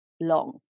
long